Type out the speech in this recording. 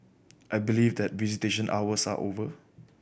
I believe that visitation hours are over